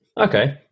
Okay